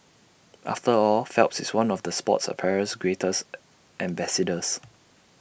after all Phelps is one of the sports apparels greatest ambassadors